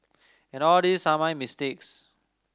and all these are my mistakes